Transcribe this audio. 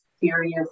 serious